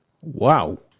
Wow